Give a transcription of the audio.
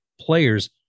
players